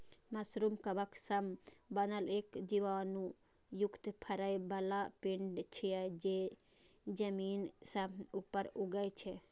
mushroom कवक सं बनल एक बीजाणु युक्त फरै बला पिंड छियै, जे जमीन सं ऊपर उगै छै